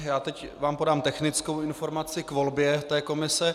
Já vám podám technickou informaci k volbě té komise.